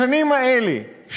השנים האלה,